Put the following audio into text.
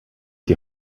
die